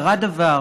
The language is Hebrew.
קרה דבר.